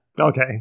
Okay